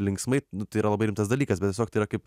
linksmai nu tai yra labai rimtas dalykas bet tiesiog tai yra kaip